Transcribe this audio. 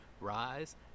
rise